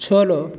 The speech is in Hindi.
छोड़ो